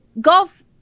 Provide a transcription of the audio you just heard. golf